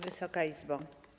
Wysoka Izbo!